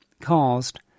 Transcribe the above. caused